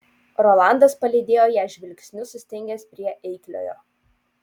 rolandas palydėjo ją žvilgsniu sustingęs prie eikliojo